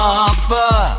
offer